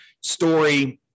story